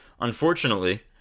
unfortunately